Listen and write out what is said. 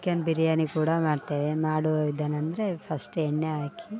chicken biryani ಕೂಡ ಮಾಡ್ತೇವೆ ಮಾಡುವ ವಿಧಾನ ಅಂದರೆ ಫಸ್ಟ್ ಎಣ್ಣೆ ಹಾಕಿ